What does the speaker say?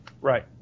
Right